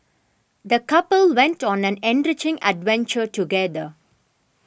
the couple went on an enriching adventure together